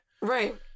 Right